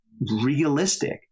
realistic